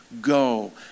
go